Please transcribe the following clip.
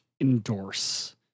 endorse